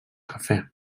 cafè